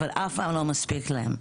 אבל אף פעם לא מספיק להם,